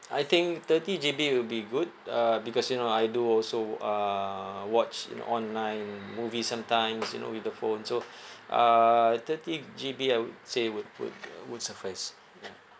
I think thirty G_B will be good uh because you know I do also wou~ uh watch you know online movie sometimes you know with the phone so uh thirty G_B I would say would would uh would suffice ya